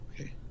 Okay